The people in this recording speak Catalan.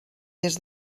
des